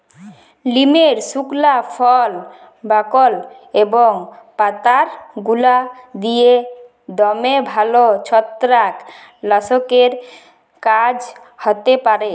লিমের সুকলা ফল, বাকল এবং পাতার গুঁড়া দিঁয়ে দমে ভাল ছত্রাক লাসকের কাজ হ্যতে পারে